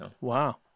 wow